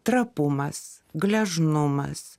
trapumas gležnumas